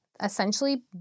Essentially